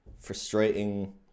frustrating